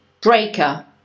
Breaker